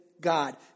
God